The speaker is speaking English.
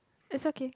it's okay